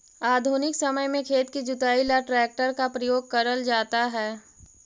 आधुनिक समय में खेत की जुताई ला ट्रैक्टर का प्रयोग करल जाता है